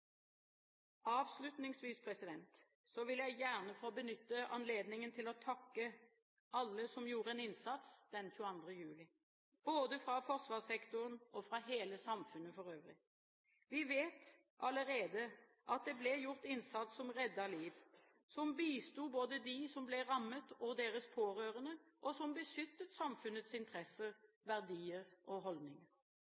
vil jeg gjerne få benytte anledningen til å takke alle som gjorde en innsats den 22. juli – både forsvarssektoren og hele samfunnet for øvrig. Vi vet allerede at det ble gjort innsats som reddet liv, som bisto både dem som ble rammet, og deres pårørende, og som beskyttet samfunnets interesser,